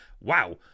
wow